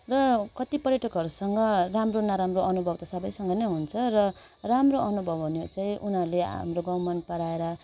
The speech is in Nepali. र कत्ति पर्यटकहरूसँग राम्रो नराम्रो अनुभव त सबैसँग नै हुन्छ र राम्रो अनुभव भने चाहिँ उनीहरूले हाम्रो गाउँ मनपराएर